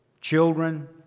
children